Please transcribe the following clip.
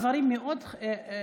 דרך אגב,